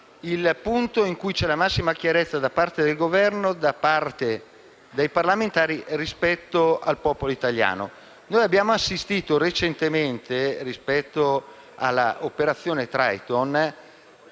il punto in cui c'è la massima chiarezza, da parte del Governo e da parte dei parlamentari, rispetto al popolo italiano. Recentemente, rispetto all'operazione Triton,